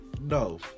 no